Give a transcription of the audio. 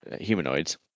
humanoids